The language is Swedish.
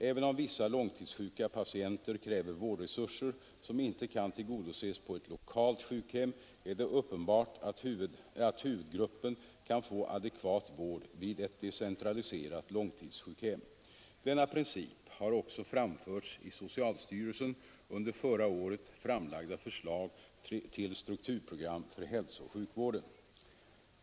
Även om vissa långtidssjuka patienter kräver vårdresurser som inte kan tillgodoses på ett lokalt sjukhem är det uppenbart att huvudgruppen kan få adekvat vård vid ett decentraliserat långtidssjukhem. Denna princip har också framförts i socialstyrelsens under förra året framlagda förslag till strukturprogram för hälsooch sjukvården.